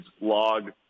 log